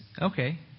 okay